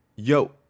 Yo